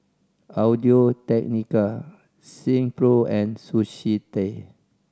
Audio Technica Silkpro and Sushi Tei